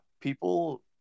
people